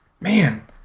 man